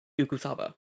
Ukusaba